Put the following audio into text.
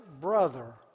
brother